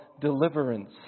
deliverance